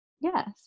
Yes